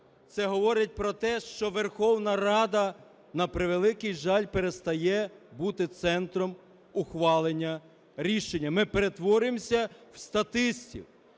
Це говорить про те, що Верховна Рада, на превеликий жаль, перестає бути центром ухвалення рішень. Ми перетворюємося в статистів.